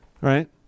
Right